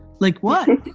like, what?